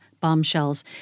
Bombshells